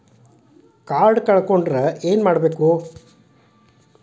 Card ಕಳ್ಕೊಂಡ್ರ ಏನ್ ಮಾಡಬೇಕು?